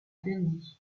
dundee